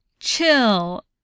Chill